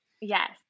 Yes